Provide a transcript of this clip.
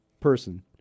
person